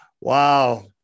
Wow